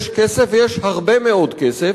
יש כסף ויש הרבה מאוד כסף,